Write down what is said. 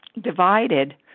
divided